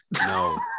No